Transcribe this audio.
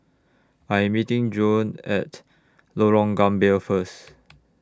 I Am meeting Jon At Lorong Gambir First